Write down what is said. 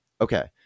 Okay